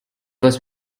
was